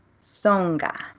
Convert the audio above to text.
Songa